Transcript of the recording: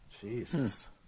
Jesus